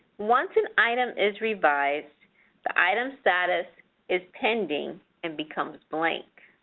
once an item is revised the item status is pending and becomes blank.